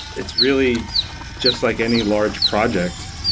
it's really just like any large project.